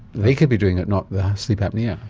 they could be doing it, not the sleep apnoea.